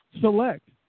select